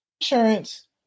insurance